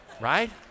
Right